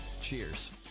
Cheers